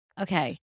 okay